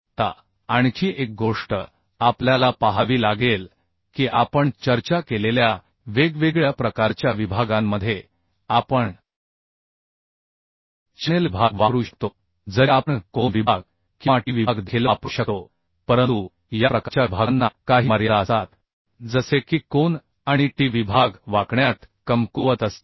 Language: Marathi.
आता आणखी एक गोष्ट आपल्याला पाहावी लागेल की आपण चर्चा केलेल्या वेगवेगळ्या प्रकारच्या विभागांमध्ये आपण चॅनेल विभाग वापरू शकतो जरी आपण कोन विभाग किंवा T विभाग देखील वापरू शकतो परंतु या प्रकारच्या विभागांना काही मर्यादा असतात जसे की कोन आणि T विभाग बेन्डीग मध्ये कमकुवत असतात